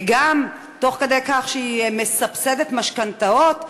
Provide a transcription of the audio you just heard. גם תוך כדי כך שהיא מסבסדת משכנתאות,